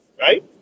right